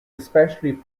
especially